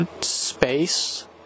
Space